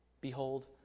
behold